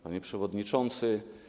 Panie Przewodniczący!